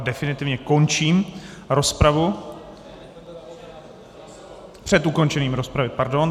Definitivně končím rozpravu před ukončením rozpravy, pardon.